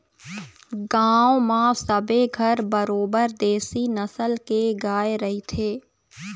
गांव म सबे घर बरोबर देशी नसल के गाय रहिथे